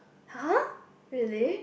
!huh! really